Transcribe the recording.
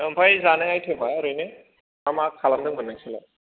ओमफ्राय जानाय आइटेमा ओरैनो मा मा खालामदोंमोन नोंसोरलाय